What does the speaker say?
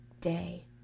day